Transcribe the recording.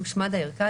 תושמד הערכה,